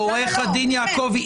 עורך הדין יעקבי.